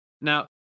Now